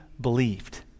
believed